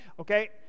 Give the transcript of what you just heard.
okay